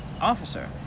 officer